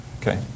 Okay